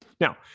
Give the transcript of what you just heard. Now